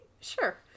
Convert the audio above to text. Sure